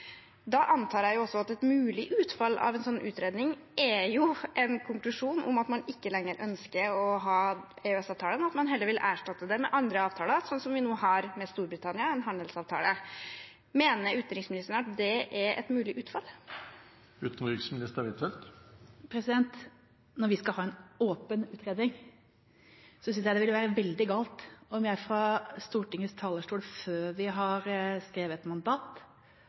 Da antar jeg at et mulig utfall av en sånn utredning er en konklusjon om at man ikke lenger ønsker å ha EØS-avtalen, og at man heller vil erstatte det med andre avtaler, som handelsavtalen vi nå har med Storbritannia. Mener utenriksministeren at det er et mulig utfall? Når vi skal ha en åpen utredning, synes jeg det ville være veldig galt om jeg fra Stortingets talerstol – før vi har skrevet mandat,